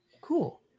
Cool